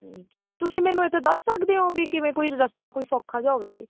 ਤੁਸੀਂ ਮੈਨੂੰ ਇਥੇ ਦੱਸ ਸਕਦੇ ਹੋ ਵੀ ਕਿਵੇਂ ਕੋਈ ਰਸਤਾ ਕੋਈ ਸੌਖਾ ਜਿਹਾ ਹੋਵੇ